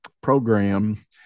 program